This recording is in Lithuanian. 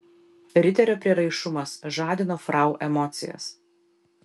riterio prieraišumas žadino frau emocijas